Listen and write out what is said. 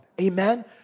Amen